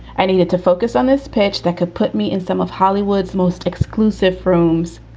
i needed to focus on this pitch that could put me in some of hollywood's most exclusive rooms.